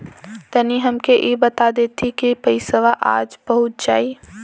तनि हमके इ बता देती की पइसवा आज पहुँच जाई?